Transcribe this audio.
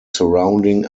surrounding